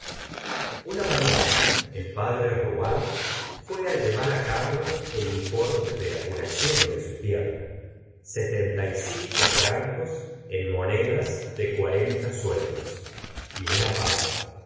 una mafiana el padre rouault fué á llevar carlos el importe de la curación de su pierna setenta y cinco francos en monedas de cuarenta sueldos y una pava